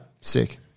Sick